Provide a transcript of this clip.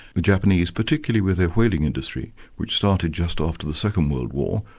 the japanese, particularly with their whaling industry, which started just after the second world war,